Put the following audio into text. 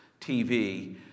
TV